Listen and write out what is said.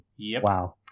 Wow